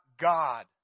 God